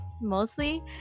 mostly